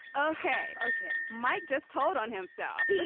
ok ok, mike, just hold on himself. like